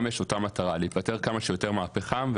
יש את אותה המטרה להיפטר כמה שיותר מהפחם,